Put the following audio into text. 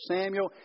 Samuel